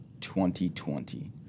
2020